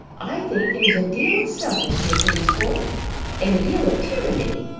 i think there's a deal of selfishness in sport and a deal of tyranny.